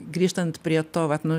grįžtant prie to vat nu